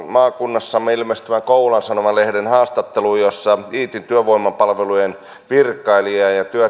maakunnassamme ilmestyvän kouvolan sanomat lehden viime viikon haastatteluun jossa iitin työvoimapalvelujen virkailija ja ja